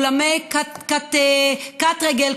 מאולמי קט-רגל,